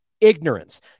ignorance